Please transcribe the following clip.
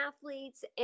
athletes